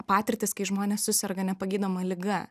patirtis kai žmonės suserga nepagydoma liga